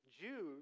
Jews